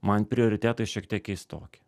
man prioritetai šiek tiek keistoki